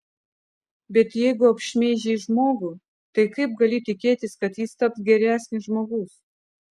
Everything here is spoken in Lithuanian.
bet jeigu apšmeižei žmogų tai kaip gali tikėtis kad jis taps geresnis žmogus